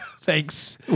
Thanks